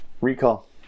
Recall